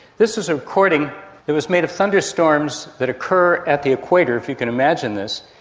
this is a recording that was made of thunderstorms that occur at the equator, if you can imagine this,